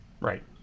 Right